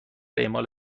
اعمال